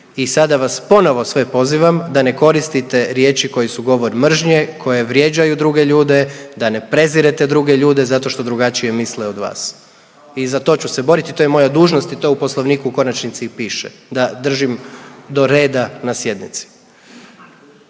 I sada vas ponovo sve pozivam da ne koristite riječi koje su govor mržnje, koje vrijeđaju druge ljude, da ne prezirete druge ljude zato što drugačije misle od vas i za to ću se boriti i to je moja dužnost i to u poslovniku u konačnici i piše da držim do reda na sjednici.